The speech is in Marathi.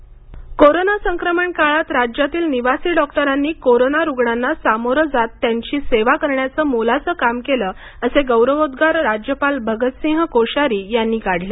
निवासी डॉक्टर कोरोना संक्रमण काळात राज्यातील निवासी डॉक्टरांनी कोरोना रुग्णांना सामोरं जात त्यांची सेवा करण्याचं मोलाचं काम केलं असे गौरवोद्रार राज्यपाल भगत सिंह कोश्यारी यांनी काढले